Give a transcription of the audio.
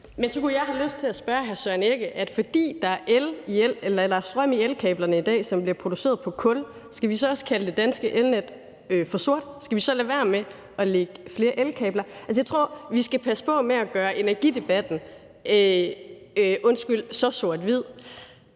Men så kunne jeg have lyst til at spørge hr. Søren Egge Rasmussen: Fordi der er strøm i elkablerne i dag, som bliver produceret på kul, skal vi så også kalde det danske elnet for sort, og skal vi så lade være med at lægge flere elkabler? Altså, jeg tror, vi skal passe på med at gøre energidebatten – undskyld – så sort-hvid.